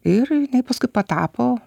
ir jinai paskui patapo